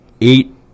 eight